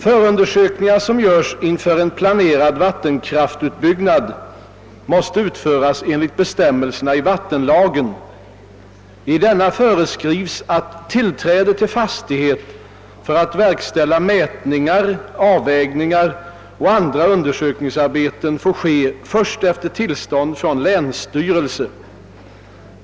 Förundersökningar som görs inför en planerad vattenkraftutbyggnad måste utföras enligt bestämmelserna i vattenlagen. I denna föreskrivs att tillträde till fastigheter för att verkställa mätningar, avvägningar och andra undersökningsarbeten får ske först efter tillstånd från länsstyrelsen.